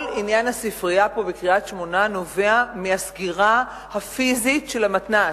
כל עניין הספרייה בקריית-שמונה נובע מהסגירה הפיזית של המתנ"ס.